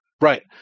Right